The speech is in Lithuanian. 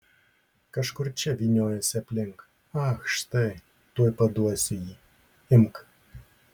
kažkur čia vyniojosi aplink ach štai tuoj paduosiu jį imk